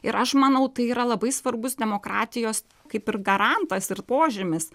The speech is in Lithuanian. ir aš manau tai yra labai svarbus demokratijos kaip ir garantas ir požymis